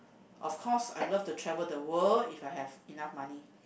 of course I love to travel the world If I I have enough money